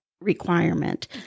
requirement